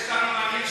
זה נדיר מאוד,